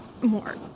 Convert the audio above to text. more